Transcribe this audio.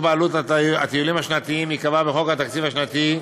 בעלות הטיולים השנתיים ייקבע בחוק התקציב השנתי,